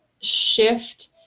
shift